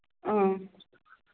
اۭں